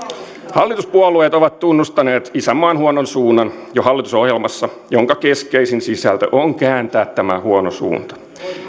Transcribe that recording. hallituspuolueet ovat tunnustaneet isänmaan huonon suunnan jo hallitusohjelmassa jonka keskeisin sisältö on kääntää tämä huono suunta